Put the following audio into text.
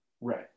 Right